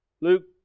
Luke